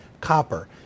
copper